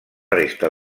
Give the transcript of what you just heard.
resta